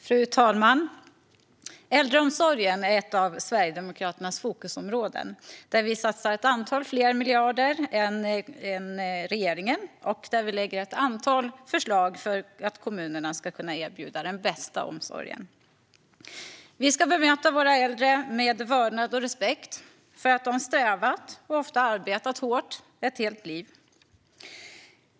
Fru talman! Äldreomsorgen är ett av Sverigedemokraternas fokusområden. Där satsar vi ett antal fler miljarder än regeringen, och vi lägger fram ett antal förslag för att kommunerna ska kunna erbjuda den bästa omsorgen. Framtidens äldre-omsorg - en nationell kvalitetsplan Vi ska bemöta våra äldre med vördnad och respekt för att de strävat och ofta arbetat hårt ett helt liv.